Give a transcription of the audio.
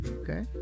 okay